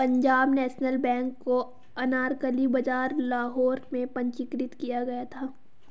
Punjab National Bank को अनारकली बाजार लाहौर में पंजीकृत किया गया था